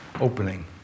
opening